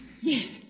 Yes